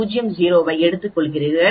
03 ஐ எடுத்துக் கொள்ளுங்கள்